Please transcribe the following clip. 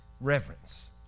reverence